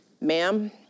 ma'am